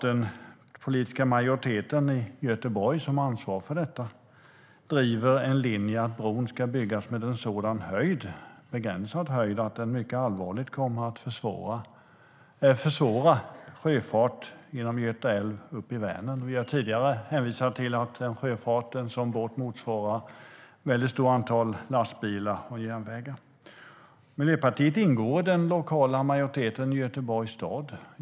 Den politiska majoriteten i Göteborg, som har ansvar för detta, driver en linje att bron ska byggas med en så begränsad höjd att det allvarligt kommer att försvåra sjöfart genom Göta älv upp i Vänern. Vi har tidigare hänvisat till att denna sjöfart motsvarar ett stort antal transporter med lastbil och järnväg. Miljöpartiet ingår i den lokala majoriteten i Göteborgs stad.